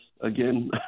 again